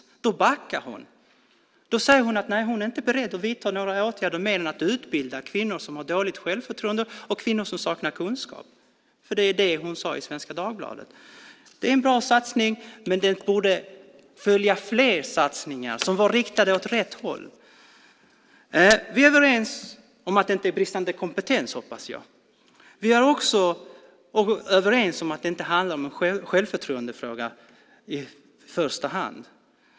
Då säger hon att hon inte är beredd att vidta några åtgärder utöver att utbilda kvinnor som har dåligt självförtroende och kvinnor som saknar kunskap. Det var detta hon sade i E 24. Det är en bra satsning, men det borde följas av fler satsningar som är riktade åt rätt håll. Vi är överens om att det inte handlar om bristande kompetens, hoppas jag. Vi är också överens om att det inte är en självförtroendefråga i första hand.